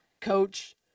coach –